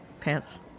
pants